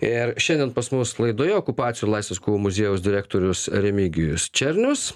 ir šiandien pas mus laidoje okupacijų ir laisvės kovų muziejaus direktorius remigijus černius